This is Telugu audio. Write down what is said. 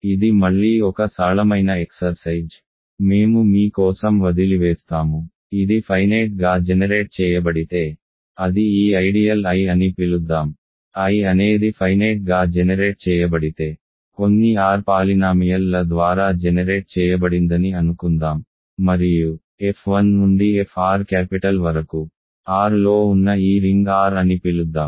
ఇది మళ్ళీ ఒక స్సరళమైన ఎక్సర్సైజ్ మేము మీ కోసం వదిలివేస్తాము ఇది ఫైనేట్ గా జెనెరేట్ చేయబడితే అది ఈ ఐడియల్ I అని పిలుద్దాం I అనేది ఫైనేట్ గా జెనెరేట్ చేయబడితే కొన్ని r పాలినామియల్ ల ద్వారా జెనెరేట్ చేయబడిందని అనుకుందాం మరియు f 1 నుండి fr క్యాపిటల్ వరకు R లో ఉన్న ఈ రింగ్ R అని పిలుద్దాం